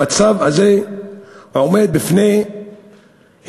המצב הזה עומד בפני התפוצצות,